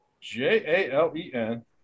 J-A-L-E-N